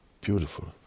beautiful